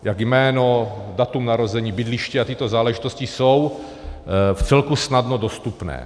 Jak jméno, datum narození, bydliště a tyto záležitosti jsou vcelku snadno dostupné.